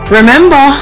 Remember